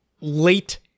late